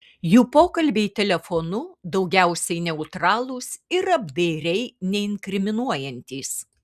jų pokalbiai telefonu daugiausiai neutralūs ir apdairiai neinkriminuojantys